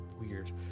weird